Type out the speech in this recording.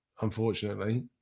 unfortunately